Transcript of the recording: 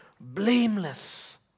blameless